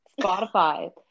Spotify